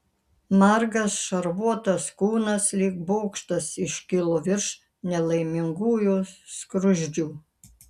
margas šarvuotas kūnas lyg bokštas iškilo virš nelaimingųjų skruzdžių